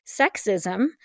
sexism